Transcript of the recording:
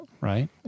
Right